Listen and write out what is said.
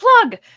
plug